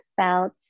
felt